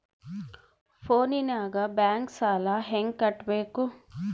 ಫೋನಿನಾಗ ಬ್ಯಾಂಕ್ ಸಾಲ ಹೆಂಗ ಕಟ್ಟಬೇಕು?